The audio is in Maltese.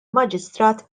maġistrat